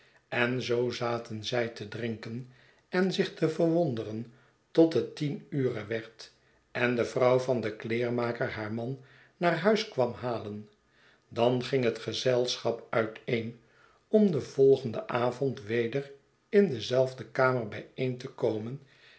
en zoo zaten zij te drinken en zich te verwonderen tot het tien ure werd en de vrouw van den kleermaker haar man naar huis kwam halen dan ging het gezelschap uiteen om den volgenden avond weder in dezelfde kamer bijeen te komen